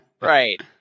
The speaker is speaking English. right